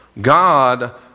God